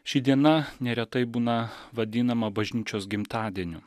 ši diena neretai būna vadinama bažnyčios gimtadieniu